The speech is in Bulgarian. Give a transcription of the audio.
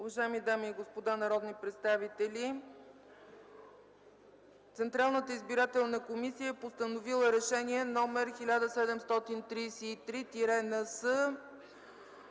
Уважаеми дами и господа народни представители, Централната избирателна комисия е постановила Решение № 1733-НС